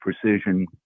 precision